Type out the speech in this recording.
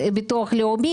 הוא מתחיל לקבל ביטוח לאומי,